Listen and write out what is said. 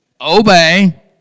obey